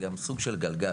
זה גם סוג של גלגל.